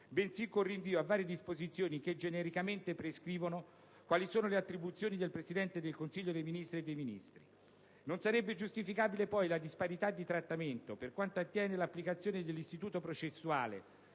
bensì con rinvio a varie disposizioni che genericamente prescrivono quali sono le attribuzioni del Presidente del Consiglio dei ministri e dei Ministri. Non sarebbe giustificabile, poi, la disparità di trattamento, per quanto attiene l'applicazione dell'istituto processuale